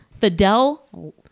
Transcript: Fidel